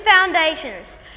foundations